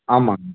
ஆமாங்க